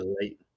late